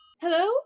Hello